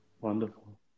Wonderful